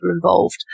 involved